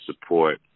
support